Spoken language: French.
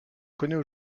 connaît